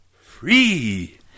Free